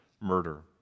murder